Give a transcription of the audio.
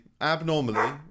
Abnormally